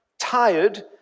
tired